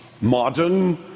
modern